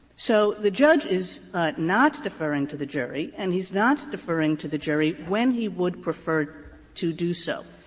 so the judge is not deferring to the jury, and he's not deferring to the jury when he would prefer to do so.